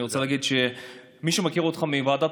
אני רוצה להגיד שמי שמכיר אותך מוועדת